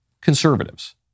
Conservatives